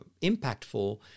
impactful